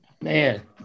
Man